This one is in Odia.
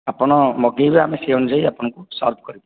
ଆପଣ ମଗାଇବେ ଆମେ ସେହି ଅନୁଯାୟୀ ଆପଣଙ୍କୁ ସର୍ଭ କରିବୁ